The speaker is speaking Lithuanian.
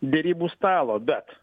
derybų stalo bet